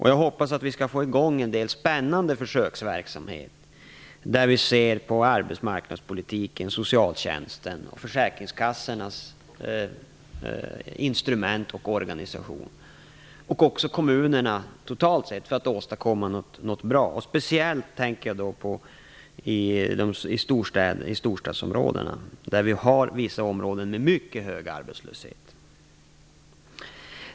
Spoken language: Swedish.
Jag hoppas att vi skall få i gång en del spännande försöksverksamheter, där vi ser på arbetsmarknadspolitikens, socialtjänstens, försäkringskassornas och inte minst kommunernas instrument och organisation för att det skall bli möjligt att åstadkomma någonting bra. Speciellt tänker jag då på storstadsområdena där det finns vissa områden med mycket hög arbetslöshet.